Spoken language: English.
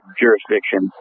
jurisdiction